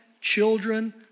children